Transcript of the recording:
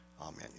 amen